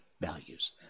values